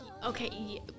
okay